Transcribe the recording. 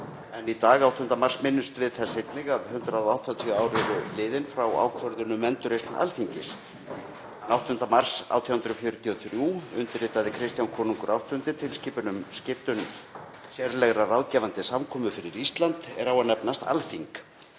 og í dag minnumst við þess einnig að 180 ár eru liðin frá ákvörðun um endurreisn Alþingis. Þann 8. mars 1843 undirritaði Kristján konungur VIII ,,tilskipun um stiptun sérlegrar ráðgefandi samkomu fyrir Ísland, er á að nefnast Alþing“.